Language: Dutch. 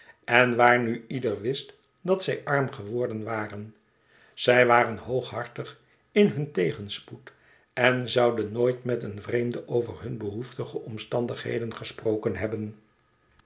en waar nu ieder wist dat zij arm geworden waren zij waren hooghartig in hun tegenspoed en zouden nooit met een vreemde over hun behoeftige omstandigheden gesproken hebben